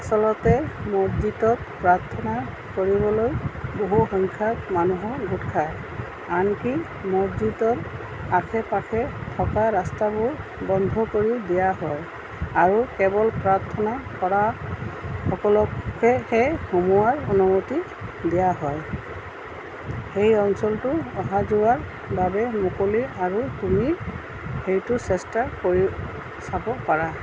আচলতে মছজিদত প্ৰাৰ্থনা কৰিবলৈ বহু সংখ্যক মানুহে গোট খায় আনকি মছজিদৰ আশে পাশে থকা ৰাস্তাবোৰ বন্ধ কৰি দিয়া হয় আৰু কেৱল প্ৰাৰ্থনা কৰা সকলকহে সোমোৱাৰ অনুমতি দিয়া হয় সেই অঞ্চলটো অহা যোৱাৰ বাবে মুকলি আৰু তুমি সেইটো চেষ্টা কৰি চাব পাৰা